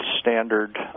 standard